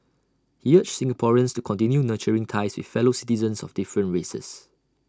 he urged Singaporeans to continue nurturing ties with fellow citizens of different races